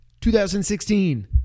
2016